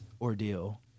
ordeal